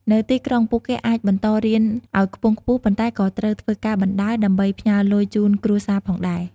នៅទីក្រុង ពួកគេអាចបន្តរៀនឱ្យខ្ពង់ខ្ពស់ ប៉ុន្តែក៏ត្រូវធ្វើការបណ្ដើរ ដើម្បីផ្ញើលុយជូនគ្រួសារផងដែរ។